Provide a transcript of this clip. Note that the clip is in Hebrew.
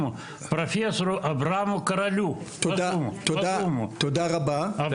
\ בוקר טוב, אני פרופ' לב אפלבאום מאונ' תל אביב.